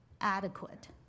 adequate